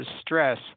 stress